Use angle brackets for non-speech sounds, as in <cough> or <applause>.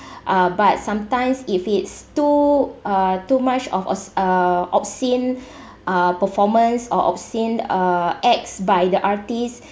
<breath> uh but sometimes if it's too uh too much of obs~ uh obscene <breath> uh performance or obscene uh acts by the artist